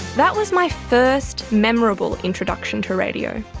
that was my first memorable introduction to radio,